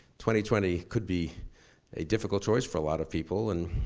twenty twenty could be a difficult choice for a lot of people and